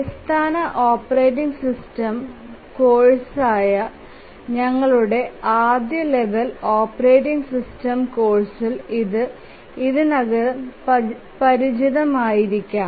അടിസ്ഥാന operating system കോഴ്സായ ഞങ്ങളുടെ ആദ്യ ലെവൽ ഓപ്പറേറ്റിംഗ് സിസ്റ്റം കോഴ്സിൽ ഇത് ഇതിനകം പരിചിതമായിരിക്കാം